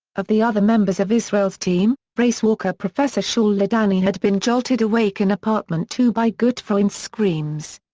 of the other members of israel's team, racewalker professor shaul ladany had been jolted awake in apartment two by gutfreund's screams.